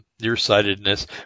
nearsightedness